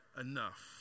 enough